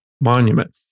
monument